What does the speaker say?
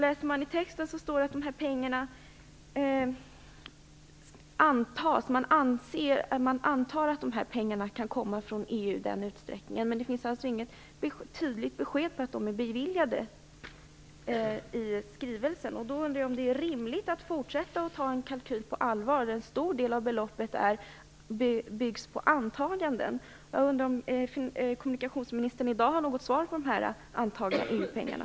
Om man läser texten framgår det att pengar antas komma från EU i den utsträckningen, men det finns alltså inte i skrivelsen något tydligt besked om att de är beviljade. Jag undrar då om det är rimligt att fortsätta att ta en sådan kalkyl på allvar där en stor del av beloppet byggs på antaganden. Jag undrar om kommunikationsministern i dag har något svar på de här antagandena om EU-pengarna.